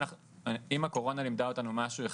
אם הקורונה לימדה אותנו משהו אחד,